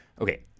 okay